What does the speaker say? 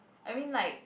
I mean like